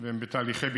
והם בתהליכי ביצוע,